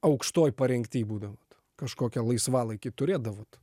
aukštoj parengty būdavot kažkokią laisvalaikį turėdavot